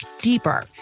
deeper